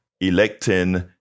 electing